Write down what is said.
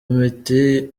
miti